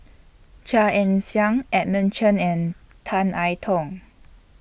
Chia Ann Siang Edmund Chen and Tan I Tong